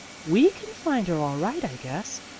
we can find her all right, i guess.